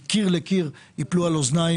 למרות שהשם סינרג'י